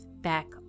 back